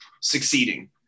succeeding